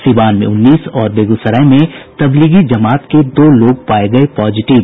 सिवान में उन्नीस और बेगूसराय में तबलीगी जमात के दो लोग पाये गये पॉजिटिव